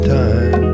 time